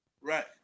Right